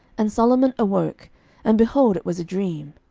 and solomon awoke and, behold, it was a dream.